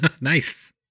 Nice